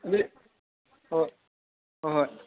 ꯑꯗꯨꯗꯤ ꯍꯣꯏ ꯍꯣꯏ ꯍꯣꯏ